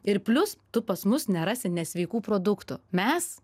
ir plius tu pas mus nerasi nesveikų produktų mes